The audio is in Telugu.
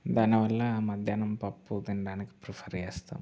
దానివల్ల మధ్యాహ్నం పప్పు తినడానికి ప్రిఫర్ చేస్తాను